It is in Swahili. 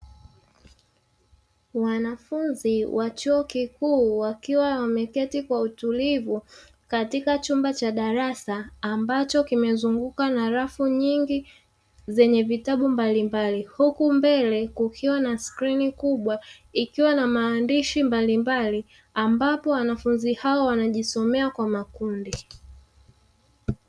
Wanafunzi wa chuo kikuu wakiwa wameketi kwa utulivu katika chumba cha darasa ambacho kimezunguka na rafu nyingi zenye vitabu mbalimbali, huku mbele kukiwa na skrini kubwa ikiwa na maandishi mbalimbai ambapo wanafunzi hao wanajisomea kwa makundi.